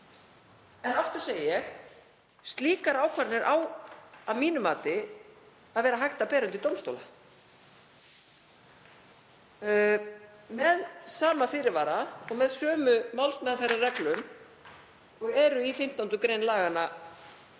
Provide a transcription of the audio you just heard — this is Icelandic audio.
En aftur segi ég: Slíkar ákvarðanir á að mínu mati að vera hægt að bera undir dómstóla með sama fyrirvara og með sömu málsmeðferðarreglum og eru í 15. gr. laganna